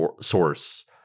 source